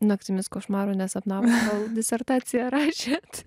naktimis košmarų nesapnavo kol disertaciją rašėt